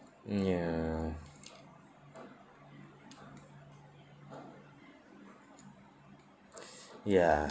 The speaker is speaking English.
mm ya ya